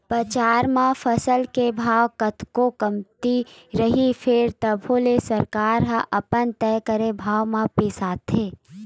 बजार म फसल के भाव कतको कमती रइही फेर तभो ले सरकार ह अपन तय करे भाव म बिसाथे